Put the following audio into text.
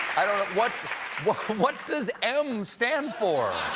i don't what what does m stand for?